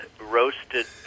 roasted